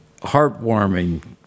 heartwarming